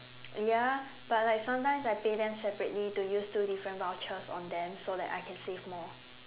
ya but like sometimes I pay them separately to use two different vouchers on them so that I can save more